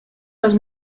los